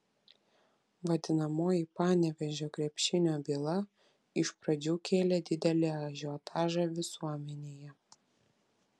vadinamoji panevėžio krepšinio byla iš pradžių kėlė didelį ažiotažą visuomenėje